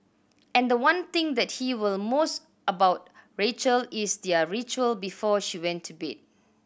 and the one thing that he will most about Rachel is their ritual before she went to bed